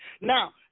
Now